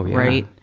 right?